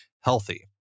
healthy